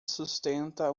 sustenta